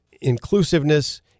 Inclusiveness